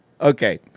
Okay